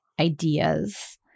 ideas